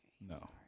No